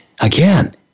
again